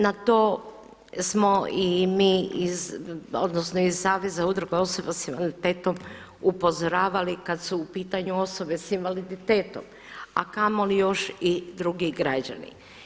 Na to smo i mi iz, odnosno iz Saveza udruga osoba sa invaliditetom upozoravali kad su u pitanju osobe sa invaliditetom, a kamoli još i drugi građani.